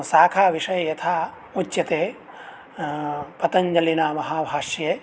शाखाविषये यथा उच्यते पतञ्जलिना महाभाष्ये